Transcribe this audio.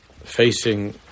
facing